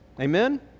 Amen